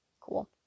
cool